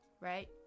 right